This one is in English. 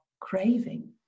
craving